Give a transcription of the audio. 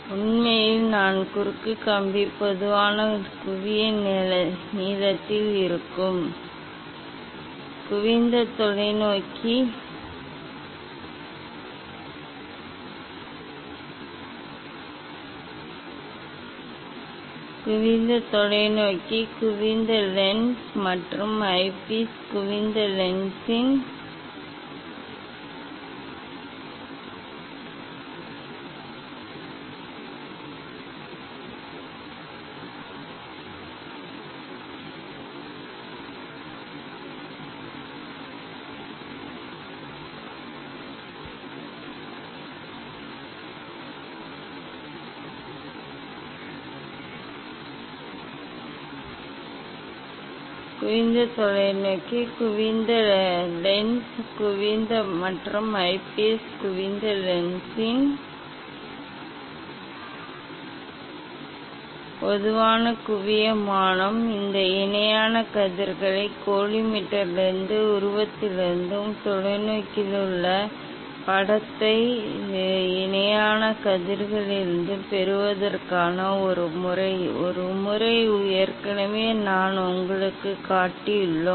உண்மையில் நான் குறுக்கு கம்பி பொதுவான குவிய நீளத்தில் இருக்கும் குவிந்த தொலைநோக்கி குவிந்த லென்ஸ் மற்றும் ஐப்பீஸ் குவிந்த லென்ஸின் பொதுவான குவிய விமானம் இந்த இணையான கதிர்களை கோலிமேட்டரிலிருந்தும் உருவத்திலிருந்தும் தொலைநோக்கியில் உள்ள படத்தை இணையான கதிர்களிலிருந்து பெறுவதற்காக ஒரு முறை ஒரு முறை ஏற்கனவே நான் உங்களுக்குக் காட்டியுள்ளேன்